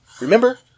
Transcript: Remember